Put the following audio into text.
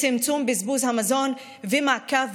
צמצום בזבוז המזון ומעקב,